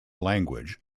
language